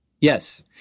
Yes